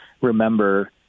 remember